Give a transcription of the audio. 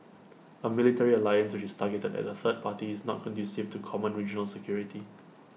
A military alliance which is targeted at A third party is not conducive to common regional security